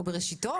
או בראשיתו.